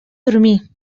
dormir